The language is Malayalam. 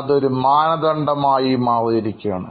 അതൊരു മാനദണ്ഡമായി മാറിയിരിക്കുകയാണ്